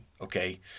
Okay